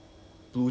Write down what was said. parmesan